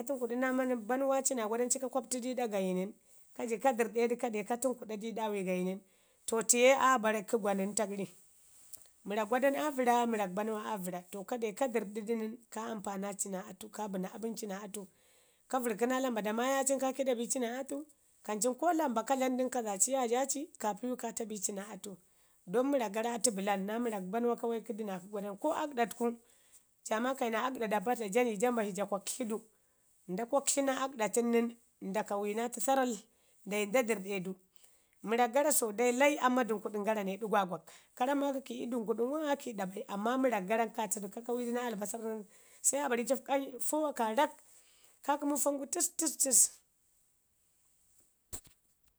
ka tunkuɗu naa bannwa ci naa gwadanu ka kobtudu ii da gayi nən kaji ka dərrdedu ka kobtudu ii dawai yayi nən tə tiye aə barr kə gwaninta gəri mərrak gwada nu aa vərra mərrale bannwa ye aa uərra to kade ka dərr dii du nən ka ampanaci naa aɗu ka bənna aabən ci naa atu ka uərrki naa lamba damaya cin ka kəɗa bici naa atu bin ko lamba ka dlam din ka zaci yajaci ka piiwu ka taa bici ci naa atu don mərrak gara atu bəlan naa mərrak bannwa ka waikuda naa aakkɗa kor aakkɗa tuku jaa maka naa aakkɗa da paata, nda kwaktlu naa aakkɗa tən nən nda uəgudu saral ndayi nda dərrdedu, mərrak gara so hai amman dunkuɗəm gara ne ɗugwagog ka ramma ka kəɗi dunkuɗəm gara nən ɗəgwagog amman mərrakgara nən ka taadu ka dcanyu du nar albasarr nən aa foowa karrak ka kəmu foongu tis tis tis.